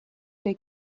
they